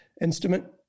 instrument